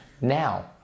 Now